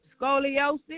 Scoliosis